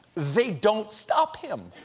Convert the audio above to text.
they don't stop him